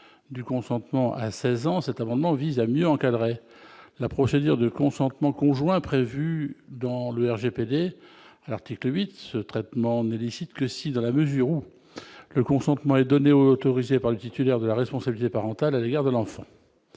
du consentement à 16 ans, cet amendement vise à mieux encadrer la procédure de consentement conjoints prévus dans le RGPD, alors title 8, ce traitement n'est licite que si, dans la mesure où le consentement, les données autorisés par le titulaire de la responsabilité parentale à l'égard de l'enfant,